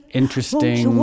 interesting